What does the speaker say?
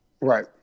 Right